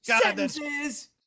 sentences